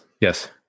yes